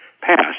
passed